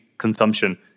Consumption